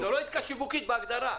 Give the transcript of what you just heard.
זו לא עסקה שיווקית בהגדרה.